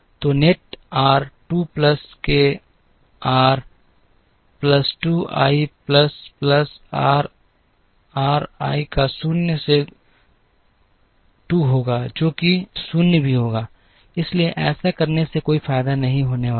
तो net R 2 plus K R plus 2 I plus plus R R I का शून्य से 2 होगा जो कि 0 भी होगा इसलिए ऐसा करने से कोई फायदा नहीं होने वाला है